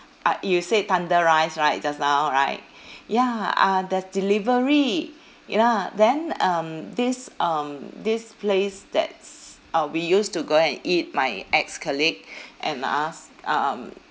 uh you said thunder rice right just now right ya uh there's delivery ya then um this um this place that's uh we used to go and eat my ex-colleague and us um